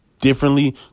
differently